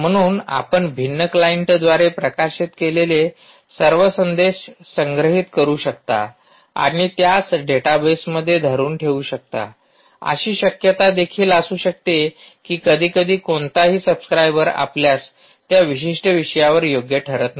म्हणून आपण भिन्न क्लायंटद्वारे प्रकाशित केलेले सर्व संदेश संग्रहित करू शकता आणि त्यास डेटाबेसमध्ये धरुन ठेवू शकता अशी शक्यता देखील असू शकते की कधीकधी कोणताही सब्सक्राइबर आपल्यास त्या विशिष्ट विषयावर योग्य ठरत नाही